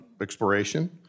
exploration